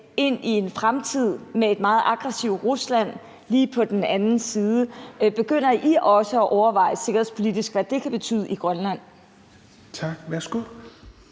IA på en fremtid med et meget aggressivt Rusland lige på den anden side? Begynder I også at overveje sikkerhedspolitisk, hvad det kan betyde for Grønland? Kl. 16:52